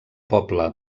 poble